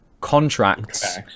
Contracts